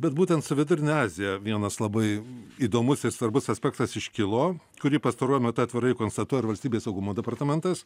bet būtent su vidurine azija vienas labai įdomus ir svarbus aspektas iškilo kurį pastaruoju metu atvirai konstatuoja ir valstybės saugumo departamentas